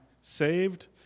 saved